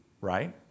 right